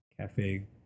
Cafe